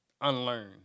unlearn